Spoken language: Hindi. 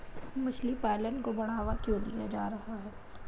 मछली पालन को बढ़ावा क्यों दिया जा रहा है?